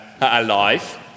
alive